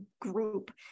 group